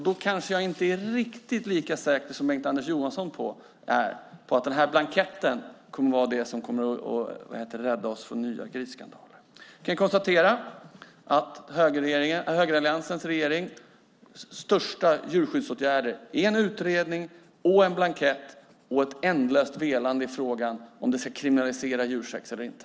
Då kanske jag inte är riktigt lika säker som Bengt-Anders Johansson på att den här blanketten kommer att vara det som räddar oss från nya grisskandaler. Jag kan konstatera att högeralliansregeringens största djurskyddsåtgärder är en utredning, en blankett och ett ändlöst velande i fråga om man ska kriminalisera djursex eller inte.